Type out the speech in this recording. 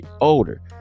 older